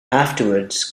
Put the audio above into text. afterwards